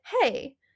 hey